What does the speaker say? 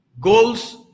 goals